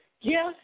Yes